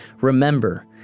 Remember